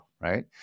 right